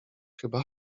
chyba